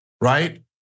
right